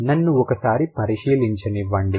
నన్ను ఒకసారి పరిశీలించనివ్వండి